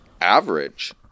average